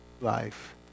life